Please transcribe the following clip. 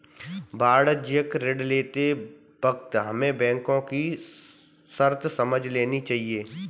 वाणिज्यिक ऋण लेते वक्त हमें बैंको की शर्तें समझ लेनी चाहिए